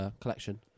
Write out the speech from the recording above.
collection